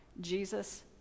Jesus